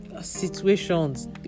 situations